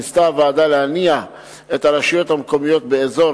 ניסתה הוועדה להניע את הרשויות המקומיות באזור